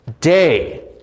day